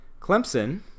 Clemson